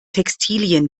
textilien